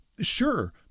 Sure